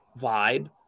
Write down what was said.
vibe